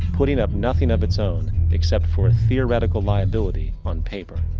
putting up nothing of it's own, except for a theoratical liability on paper.